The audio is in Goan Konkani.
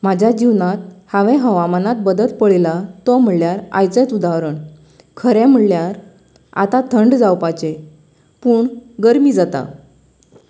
म्हाज्या जिवनांत हांवे हवामानात बदल पळयलां तो म्हळ्यार आयचेच उदाहरण खरें म्हळ्यार आता थंड जावपाचे पूण गरमी जाता